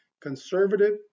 Conservative